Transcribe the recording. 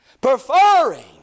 preferring